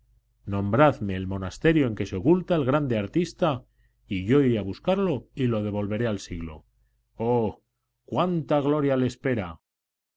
hombres nombradme el monasterio en que se oculta el grande artista y yo iré a buscarlo y lo devolveré al siglo oh cuánta gloria le espera